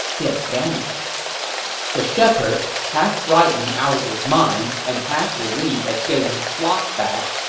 he had vanished the shepherd, half frightened out of his mind and half relieved at getting his flock back,